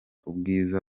ubwiza